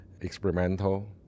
experimental